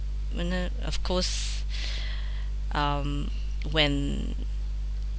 when uh of course um when